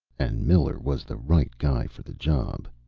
and miller was the right guy for the job.